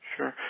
Sure